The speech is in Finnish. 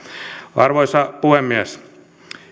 arvoisa puhemies